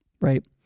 right